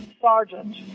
sergeant